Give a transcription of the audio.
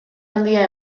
handia